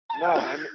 No